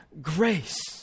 grace